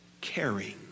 caring